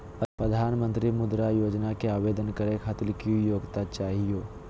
प्रधानमंत्री मुद्रा योजना के आवेदन करै खातिर की योग्यता चाहियो?